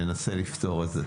ננסה לפתור את זה.